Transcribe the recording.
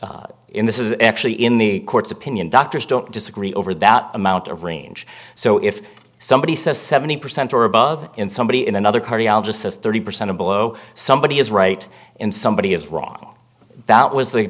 about in this is actually in the court's opinion doctors don't disagree over that amount of range so if somebody says seventy percent or above in somebody in another cardiologist says thirty percent of below somebody is right and somebody is wrong that was the